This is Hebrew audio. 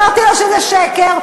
אמרתי לו שזה שקר,